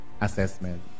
assessment